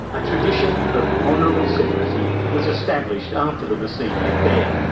a tradition of honourable secrecy was established after the mazzini affair,